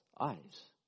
eyes